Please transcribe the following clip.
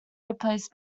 replaced